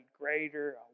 greater